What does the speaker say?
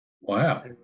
Wow